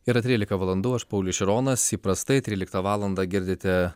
yra trylika valandų aš paulius šironas įprastai tryliktą valandą girdite